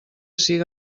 siga